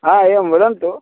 आ एवं वदन्तु